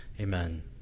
Amen